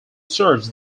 serves